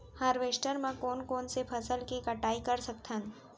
Harvester म कोन कोन से फसल के कटाई कर सकथन?